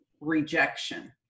rejection